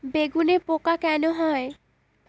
বেগুনে পোকা কেন হয়?